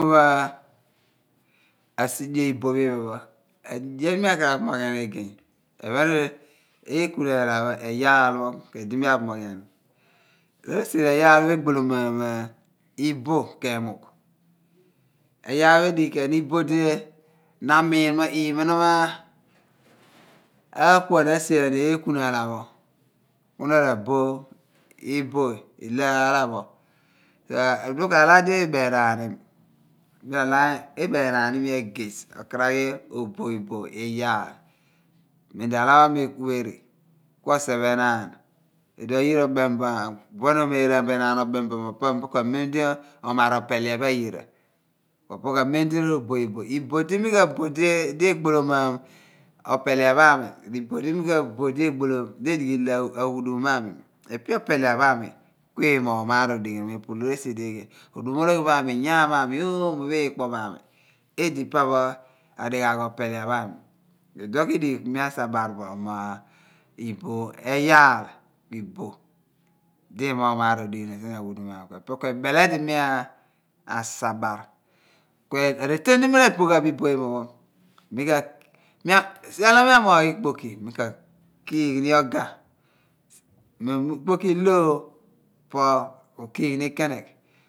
asi dio iboh pho phen pho, adio di mi akar aphomoghian agey ephen eekuna aala pho eyaal ku edi mi aphomoghian wor esi di eyaal pho egbolomaan iboh k'emugh, eyaal pho edighi ken ni iboh di na amiin ken ni mo na ma aakuan asi aani eekuna aala pho ku na ra both iboh ilo aala pho so ipe ku araar di riberaan ghan iimi iberaan imi okar agey okaraghi oboh iboh eyaal memdi aala pho mekureri ku oseph enaan iduon gira obem bo, baen omeeraam bo enaan obem bo mo opo ku amen mo omar bo opelia pho ayira ku opo ku amen di reboh iboh iboh di mi raboh di egbolomaam opelia pho aami r'iboh di mi ka boh di edighi ilo aghudum mo aami ipe opelia pho aami ku imoogh maar odeghinom epu loor idi edighi bo eeghe, oduomologhi pho aami r'inyaam mo aami, oomo pho iikpo pho aami edi papho adighaagh apelia pho ami iduon ku idighi ku mi asabar bo mo iboh eyaal ku iboh di emoogh maar odighinom sien aghudum mo aami. Ku epe ku ebel edi mi asabar ku areten di mi ra boh ghan bo iboh pho iphenpho sia lo mi amoogh ikpoki mi ka kiigh ni ogah mughum mo ikpoki i/lo ooh po ko kiigh ne kenegh